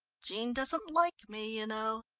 jean doesn't like me, you know,